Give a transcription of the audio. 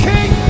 King